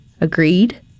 agreed